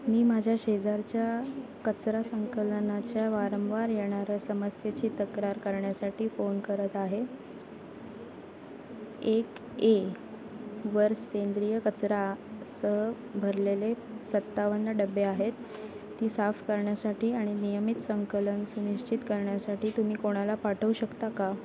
मी माझ्या शेजारच्या कचरा संकलनाच्या वारंवार येणारा समस्येची तक्रार करण्यासाठी फोन करत आहे एक ए वर सेंद्रिय कचरासह भरलेले सत्तावन्न डबे आहेत ती साफ करण्यासाठी आणि नियमित संकलन सुनिश्चित करण्यासाठी तुम्ही कोणाला पाठवू शकता का